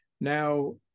now